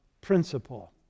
principle